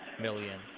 million